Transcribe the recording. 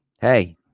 hey